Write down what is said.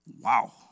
Wow